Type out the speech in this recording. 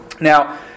Now